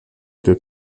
der